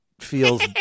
feels